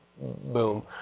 Boom